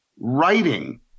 writing